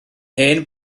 hen